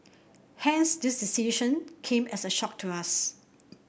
hence this decision came as a shock to us